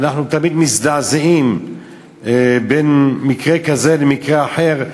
ואנחנו תמיד מזדעזעים במקרה כזה ובמקרה אחר,